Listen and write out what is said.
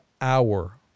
hour